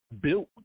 built